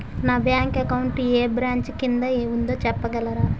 నా bank account ఏ branch కిందా ఉందో చెప్పగలరా?